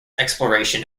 exploration